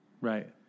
Right